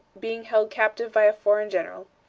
being held captive by a foreign general,